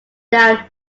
down